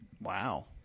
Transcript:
wow